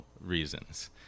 reasons